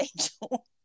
angel